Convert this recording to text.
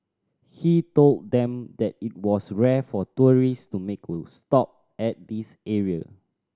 he told them that it was rare for tourist to make a stop at this area